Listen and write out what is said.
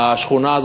והשכונה הזאת